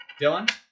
Dylan